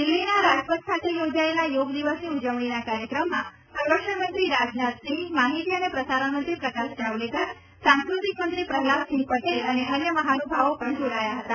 દિલ્હીના રાજપથ ખાતે યોજાયેલા યોગ દિવસની ઉજવણીના કાર્યક્રમમાં સંરક્ષણમંત્રી રાજનાથસિંહ માહિતી અને પ્રસારણમંત્રી પ્રકાશ જાવડેકર સાંસ્કૃતિક મંત્રી પ્રહલાદસિંહ પટેલ અને અન્ય મહા્ન્ભાવો પણ જોડાયા હતા